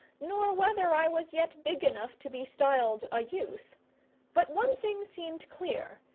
nor whether i was yet big enough to be styled a youth but one thing seemed clear,